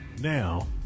now